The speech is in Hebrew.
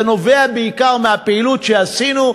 זה נובע בעיקר מהפעילות שעשינו,